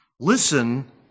Listen